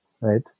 right